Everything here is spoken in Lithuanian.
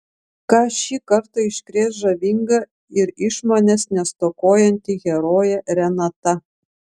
ką šį kartą iškrės žavinga ir išmonės nestokojanti herojė renata